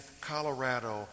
Colorado